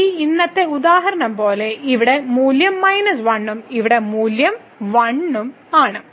ഈ ഇന്നത്തെ ഉദാഹരണം പോലെ ഇവിടെ മൂല്യം 1 ഉം ഇവിടെ മൂല്യം 1 ഉം ആണ്